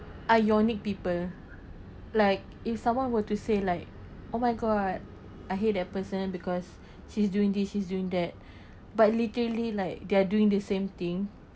ironic people like if someone were to say like oh my god I hate that person because she's doing this is doing that but literally like they're doing the same thing